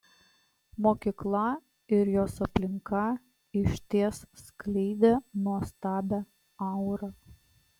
mokykla ir jos aplinka išties skleidė nuostabią aurą